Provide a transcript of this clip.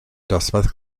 dosbarth